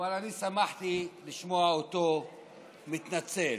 אבל אני שמחתי לשמוע אותו מתנצל,